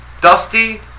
Dusty